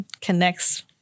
connects